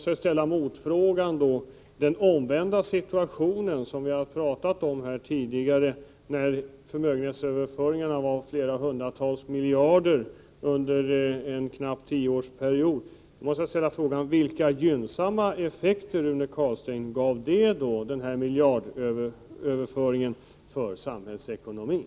Jag måste ställa en motfråga, som gäller den omvända situation som vi talade om tidigare, när förmögenhetsöverföringarna omfattade flera hundratals miljarder under en knapp tioårsperiod. Vilka gynnsamma effekter, Rune Carlstein, gav denna miljardöverföring på samhällsekonomin?